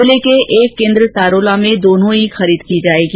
जिले के एक केन्द्र सारोला में दोनों ही खरीद की जाएगी